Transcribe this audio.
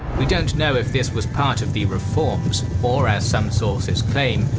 we don't know if this was part of the reforms or, as some sources claim,